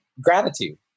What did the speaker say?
gratitude